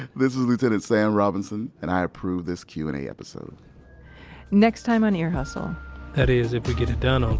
this is lieutenant sam robinson and i approve this q and a episode next time on ear hustle that is, if we get it done on